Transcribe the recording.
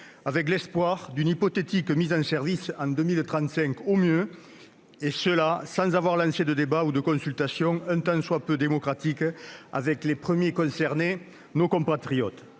avec l'espoir d'une hypothétique mise en service, dans le meilleur des cas, en 2035, et sans avoir lancé de débat ou de consultation, un tant soit peu démocratiques, avec les premiers concernés : nos compatriotes.